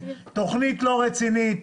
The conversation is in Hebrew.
תכנית לא רצינית,